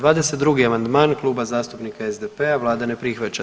22. amandman Kluba zastupnika SDP-a, Vlada ne prihvaća.